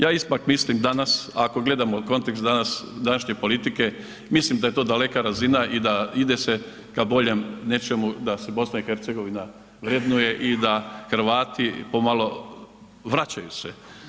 Ja ipak mislim danas, ako gledamo kontekst današnje politike, mislim da je to daleka razina i da ide se ka boljem nečemu da se Bosna i Hercegovina vrednuje i da Hrvati pomalo vraćaju se.